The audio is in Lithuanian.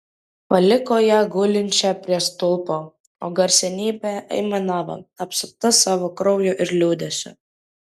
paliko ją gulinčią prie stulpo o garsenybė aimanavo apsupta savo kraujo ir liūdesio